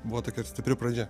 buvo tokia stipri pradžia